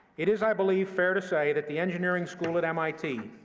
it is, i believe, fair to say that the engineering school at mit,